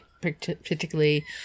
particularly